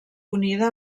unida